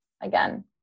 again